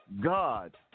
God